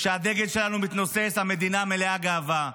כשהדגל שלנו מתנוסס, המדינה מלאה גאווה.